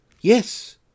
yes